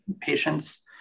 patients